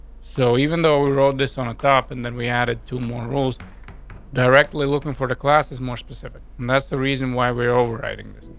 so even though we wrote this on the top, and then we added two more rules directly looking for the classes more specific and that's the reason why we're overriding this.